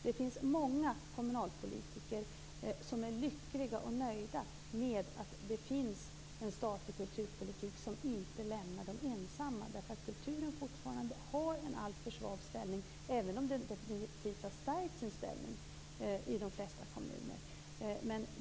Det finns många kommunalpolitiker som är lyckliga och nöjda med att det finns en statlig kulturpolitik som inte lämnar dem ensamma. Kulturen har fortfarande en alltför svag ställning, även om den definitivt har stärkt sin ställning i de flesta kommuner.